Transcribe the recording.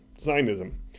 Zionism